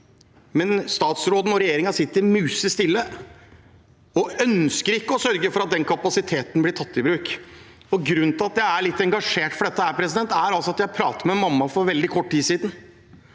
Men statsråden og regjeringen sitter musestille og ønsker ikke å sørge for at den kapasiteten blir tatt i bruk. Grunnen til at jeg er litt engasjert i dette, er at jeg pratet med en mamma for veldig kort tid siden.